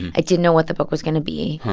i didn't know what the book was going to be.